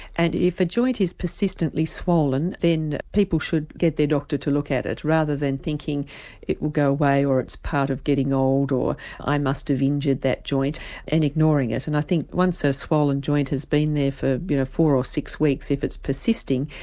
and if a joint is persistently swollen then people should get their doctor to look at it rather than thinking it will go away, or it's part of getting old, or i must have injured that joint and ignoring it. and i think once a so swollen joint has been there for four or six weeks, if it's persisting,